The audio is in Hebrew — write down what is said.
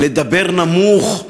לדבר נמוך,